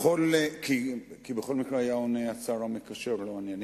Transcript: כי בכל מקרה היה עונה השר המקשר, לא אני.